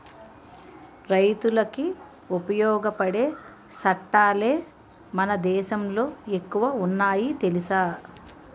రైతులకి ఉపయోగపడే సట్టాలే మన దేశంలో ఎక్కువ ఉన్నాయి తెలుసా